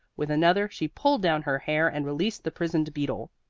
with another she pulled down her hair and released the prisoned beetle.